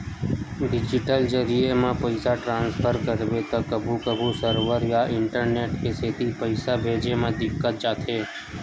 digital जरिए म पइसा ट्रांसफर करबे त कभू कभू सरवर या इंटरनेट के सेती पइसा भेजे म दिक्कत जाथे